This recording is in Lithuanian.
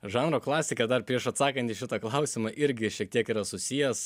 žanro klasika dar prieš atsakant į šitą klausimą irgi šiek tiek yra susijęs